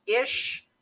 ish